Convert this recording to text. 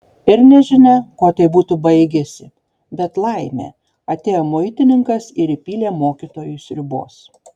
ir nežinia kuo tai būtų baigęsi bet laimė atėjo muitininkas ir įpylė mokytojui sriubos